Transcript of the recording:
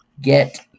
Get